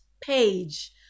page